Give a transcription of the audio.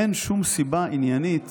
אין שום סיבה עניינית